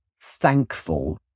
thankful